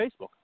Facebook